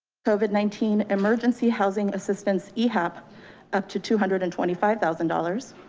covid nineteen emergency housing assistance. ehab up to two hundred and twenty five thousand dollars.